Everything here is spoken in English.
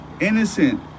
innocent